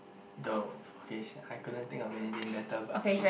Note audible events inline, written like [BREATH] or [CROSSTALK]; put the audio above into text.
dough okay shut I couldn't think of anything better but [BREATH]